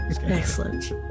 Excellent